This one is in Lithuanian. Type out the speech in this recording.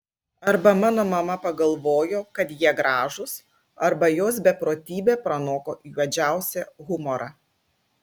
arba mano mama pagalvojo kad jie gražūs arba jos beprotybė pranoko juodžiausią humorą